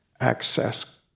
access